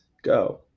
go